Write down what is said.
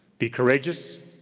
be courageous,